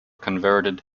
converted